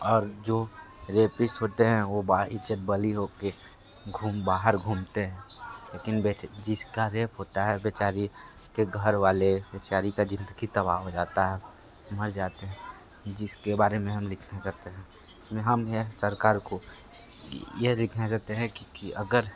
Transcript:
और जो रेपिस्ट होते हैं वो बा इज़्ज़त बरी हो कर घूम बाहर घूमते हैं लेकिन जिस का रेप होता है बेचारी के घर वाले बेचारी का ज़िंदगी तबाह हो जाती है मर जाती हैं जिस के बारे मैं हम लिखना चाहते है हम यह सरकार को यह दिखाना चाहते हैं कि अगर